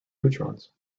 neutrons